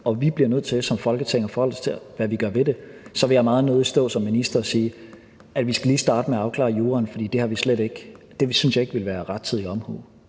og vi bliver nødt til som Folketing at forholde os til, hvad vi gør ved det. Så vil jeg meget nødig stå som minister og sige, at vi lige skal starte med at afklare juraen, for det synes jeg ikke ville være rettidig omhu.